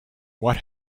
what